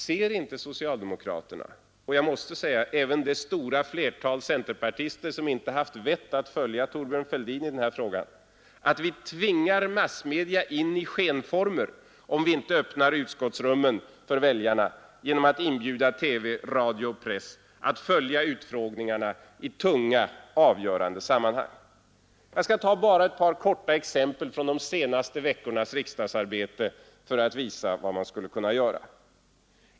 Ser inte socialdemokraterna och det stora flertal centerpartister som inte haft vett att följa Thorbjörn Fälldin i denna fråga att vi tvinge massmedia in i skenformer, om vi inte öppnar utskottsrummen för väljarna genom att inbjuda TV, radio och press att följa utfrågningarna i tunga, avgörande sammanhang Jag skall ta bara ett par korta exempel från de senaste veckornas riksdagsarbete för att visa vad man skulle kunna göra.